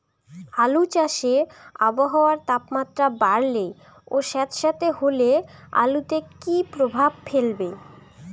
আলু চাষে আবহাওয়ার তাপমাত্রা বাড়লে ও সেতসেতে হলে আলুতে কী প্রভাব ফেলবে?